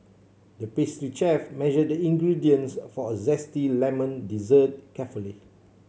the pastry chef measured the ingredients for a zesty lemon dessert carefully